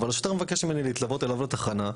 אבל השוטר מבקש ממני להתלוות אליו לתחנה,